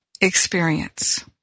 experience